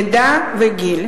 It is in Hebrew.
עדה וגיל.